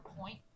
point